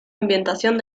ambientación